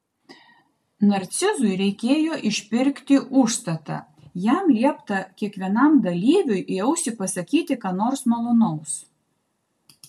narcizui reikėjo išpirkti užstatą jam liepta kiekvienam dalyviui į ausį pasakyti ką nors malonaus